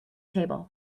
table